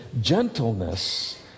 gentleness